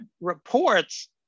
reports